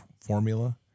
formula